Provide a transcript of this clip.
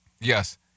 yes